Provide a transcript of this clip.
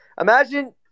Imagine